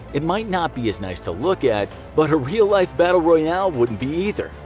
it might not be as nice to look at, but a real-life battle royale wouldn't be either.